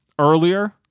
earlier